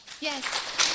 Yes